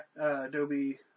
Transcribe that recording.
Adobe